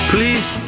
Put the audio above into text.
Please